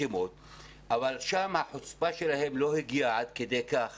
אבל שם החוצפה שלהם לא הגיעה עד כדי כך